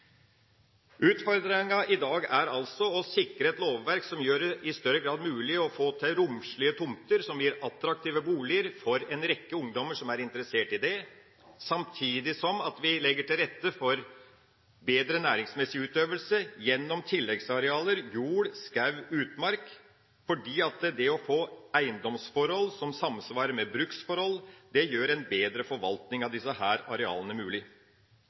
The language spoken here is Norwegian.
i dag er å sikre et lovverk som i større grad gjør det mulig å få til romslige tomter som gir attraktive boliger for en rekke ungdommer som er interessert i det, samtidig som vi legger til rette for bedre næringsmessig utøvelse gjennom tilleggsarealer som jord, skog og utmark, fordi det å få eiendomsforhold som samsvarer med bruksforhold, gjør en bedre forvaltning av disse arealene mulig.